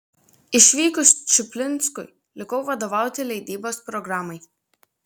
išvykus čuplinskui likau vadovauti leidybos programai